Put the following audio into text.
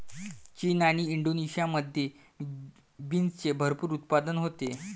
चीन आणि इंडोनेशियामध्ये बीन्सचे भरपूर उत्पादन होते